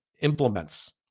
implements